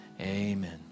amen